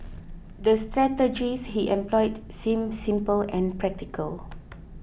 the strategies he employed seemed simple and practical